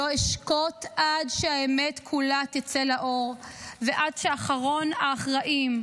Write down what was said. לא אשקוט עד שהאמת כולה תצא לאור ועד שאחרון האחראים,